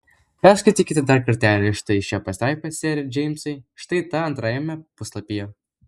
perskaitykite dar kartelį štai šią pastraipą sere džeimsai štai tą antrajame puslapyje